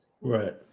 right